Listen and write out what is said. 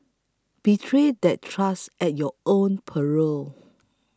betray that trust at your own peril